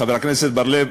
חבר הכנסת בר-לב,